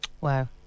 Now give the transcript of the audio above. Wow